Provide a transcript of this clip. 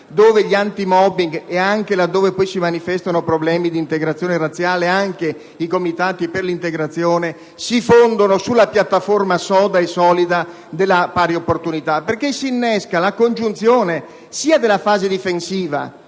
comitati antimobbing e, laddove si manifestano problemi di integrazione razziale, anche i comitati per l'integrazione, si fondono sulla piattaforma soda e solida della pari opportunità, nella quale si innesca la congiunzione della fase difensiva,